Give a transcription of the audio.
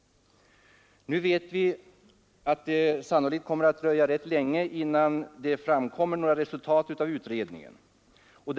Nu vet vi att det sannolikt kommer att dröja rätt länge innan några resultat av utredningen framkommer.